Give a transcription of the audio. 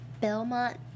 Belmont